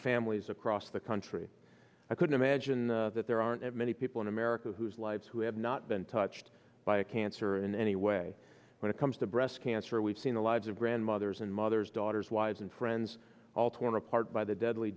families across the country i couldn't imagine that there aren't many people in america whose lives who have not been touched by a cancer in any way when it comes to breast cancer we've seen the lives of grandmothers and mothers daughters wives and friends all torn apart by the deadly